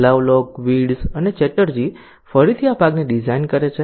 Lovelock Wirtz અને ચેટર્જી ફરીથી આ ભાગને ડિઝાઇન કરે છે